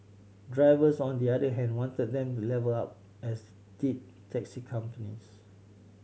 drivers on the other hand wanted them levelled up as did taxi companies